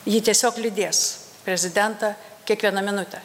ji tiesiog lydės prezidentą kiekvieną minutę